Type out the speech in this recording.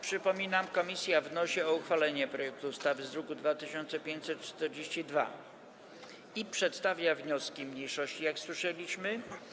Przypominam, komisja wnosi o uchwalenie projektu ustawy z druku nr 2542 i przedstawia wniosek mniejszości, jak słyszeliśmy.